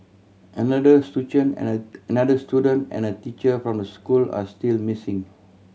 another and another student and a teacher from the school are still missing